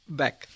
back